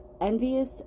Envious